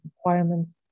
requirements